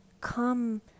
come